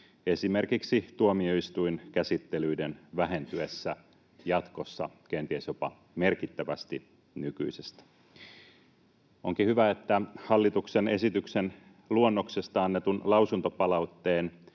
esimerkiksi tuomioistuinkäsittelyiden vähentyessä jatkossa kenties jopa merkittävästi nykyisestä. Onkin hyvä, että hallituksen esityksen luonnoksesta annetun lausuntopalautteen